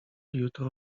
jutro